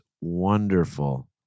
wonderful